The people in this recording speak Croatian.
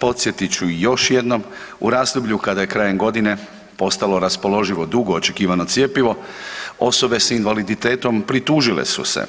Podsjetit ću još jedno u razdoblju kada je krajem godine postalo raspoloživo dugo očekivano cjepivo, osobe s invaliditetom pritužile su se